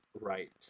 right